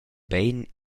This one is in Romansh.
bein